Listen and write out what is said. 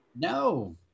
No